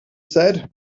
said